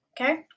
Okay